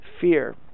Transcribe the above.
fear